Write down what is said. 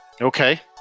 Okay